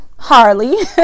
Harley